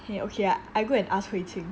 okay okay I I go and ask hui ting